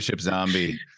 zombie